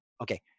Okay